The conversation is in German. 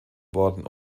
worden